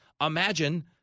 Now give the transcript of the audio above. Imagine